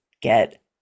get